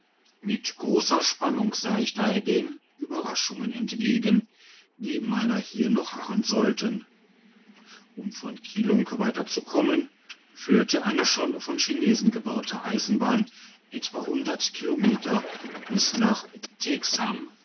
mit grosser spannung sah ich daher den ueberraschungen entgegen die meiner hier noch harren sollten um von kilung weiterzukommen führte eine schon von chinesen gebaute eisenbahn etwa kilometer bis nach